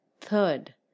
Third